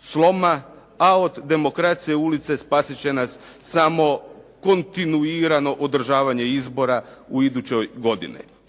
sloma a od demokracije ulice spasit će nas samo kontinuirano održavanje izbora u idućoj godini.